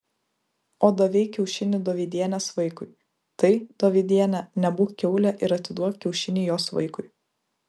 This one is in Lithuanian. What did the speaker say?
o davei kiaušinį dovydienės vaikui tai dovydiene nebūk kiaulė ir atiduok kiaušinį jos vaikui